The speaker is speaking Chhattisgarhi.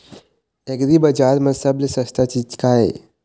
एग्रीबजार म सबले सस्ता चीज का ये?